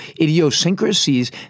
idiosyncrasies